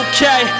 Okay